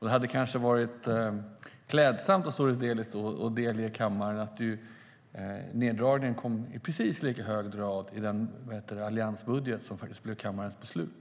Det hade kanske varit klädsamt för Sotiris Delis att delge kammaren att neddragningen i precis lika hög grad kom i den alliansbudget som blev kammarens beslut.